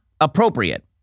appropriate